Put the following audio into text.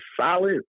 solid